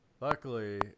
luckily